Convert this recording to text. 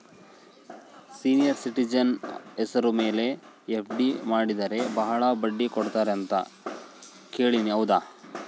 Senior citizen ಹೆಸರ ಮೇಲೆ FD ಮಾಡಿದರೆ ಬಹಳ ಬಡ್ಡಿ ಕೊಡ್ತಾರೆ ಅಂತಾ ಕೇಳಿನಿ ಹೌದಾ?